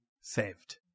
Saved